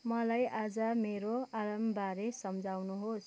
मलाई आज मेरो अलार्मबारे सम्झाउनुहोस्